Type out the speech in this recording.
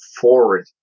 forward